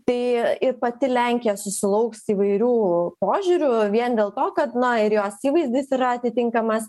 tai ir pati lenkija susilauks įvairių požiūrių vien dėl to kad na ir jos įvaizdis yra atitinkamas